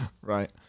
Right